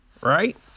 Right